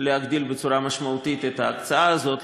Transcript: להגדיל בצורה משמעותית את ההקצאה הזאת.